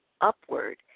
upward